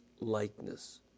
likeness